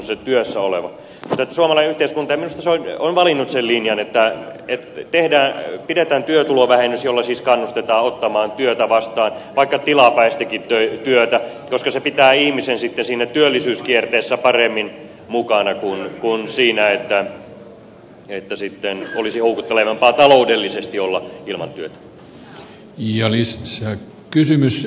mutta suomalainen yhteiskunta minusta on valinnut sen linjan että pidetään työtulovähennys jolla siis kannustetaan ottamaan työtä vastaan vaikka tilapäistäkin työtä koska se pitää ihmisen sitten siinä työllisyyskierteessä paremmin mukana kuin että sitten olisi houkuttelevampaa taloudellisesti olla ilman työtä